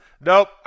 Nope